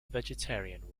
vegetarian